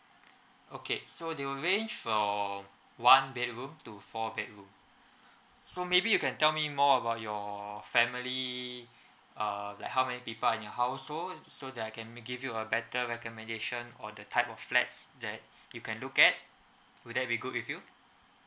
okay so they will range from one bedroom to four bedroom so maybe you can tell me more about your family uh like how many people are in your household so that I can ma~ give you a better recommendation or the type of flats that you can look at would that be good with you